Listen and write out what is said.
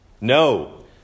No